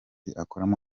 akoramo